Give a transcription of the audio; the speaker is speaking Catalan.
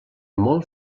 molt